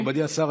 אדוני השר,